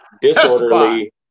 disorderly